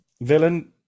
Villain